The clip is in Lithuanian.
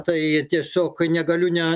tai tiesiog negaliu ne